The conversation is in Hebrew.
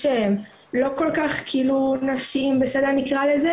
שלא כל כך כאילו נפשיים בסדר נקרא לזה.